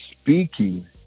speaking